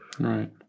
Right